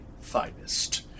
finest